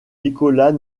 nicolas